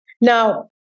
Now